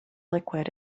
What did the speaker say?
liquid